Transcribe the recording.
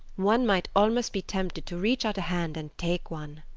one might almost be tempted to reach out a hand and take one.